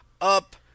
up